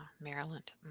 Maryland